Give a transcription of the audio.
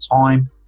time